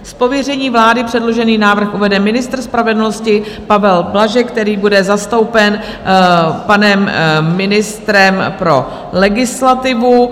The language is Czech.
Z pověření vlády předložený návrh uvede ministr spravedlnosti Pavel Blažek, který bude zastoupen panem ministrem pro legislativu.